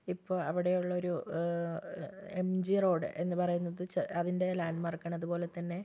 ഇപ്പോൾ അവിടെയുള്ളൊരു M G road എന്ന് പറയുന്നത് ച അതിൻ്റെ ലാൻഡ്മാർക്കാണ് അതേപോലെത്തന്നെ